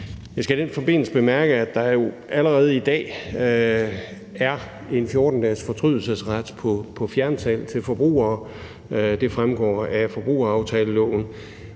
Jeg skal i den forbindelse bemærke, at der allerede i dag er en 14-dagesfortrydelsesret på fjernsalg til forbrugere, det fremgår af forbrugeraftaleloven,